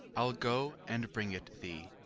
i'll go and bring it thee.